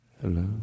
Hello